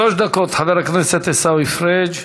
שלוש דקות, חבר הכנסת עיסאווי פריג'.